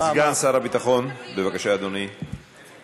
סגן שר הביטחון, בבקשה, אדוני.